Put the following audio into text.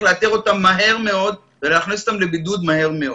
לאתר אותם מהר מאוד ולהכניס אותם לבידוד מהר מאוד.